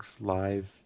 Live